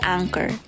Anchor